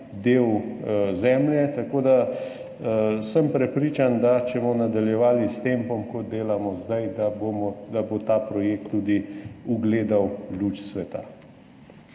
del zemlje. Tako da sem prepričan, da če bomo nadaljevali s tempom, kot delamo zdaj, bo ta projekt tudi ugledal luč sveta.